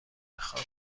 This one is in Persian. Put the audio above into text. خاک